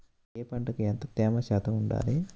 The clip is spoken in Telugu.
ఏ పంటకు ఎంత తేమ శాతం ఉండాలి?